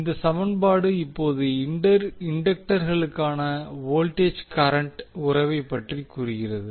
இந்த சமன்பாடு இப்போது இண்டக்டர்களுக்கான வோல்டேஜ் கரன்ட் உறவை பற்றி கூறுகிறது